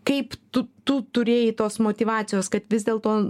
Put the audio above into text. kaip tu tu turėjai tos motyvacijos kad vis dėlto